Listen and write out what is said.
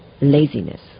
laziness